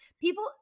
People